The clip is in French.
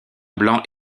blanc